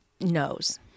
knows